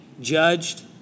judged